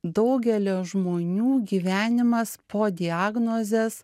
daugelio žmonių gyvenimas po diagnozės